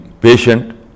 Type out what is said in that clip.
patient